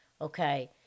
okay